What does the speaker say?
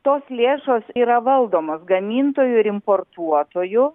tos lėšos yra valdomos gamintojų ir importuotojų